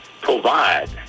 provide